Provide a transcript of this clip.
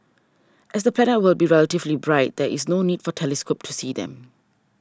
as the planets will be relatively bright there is no need for telescope to see them